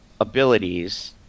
abilities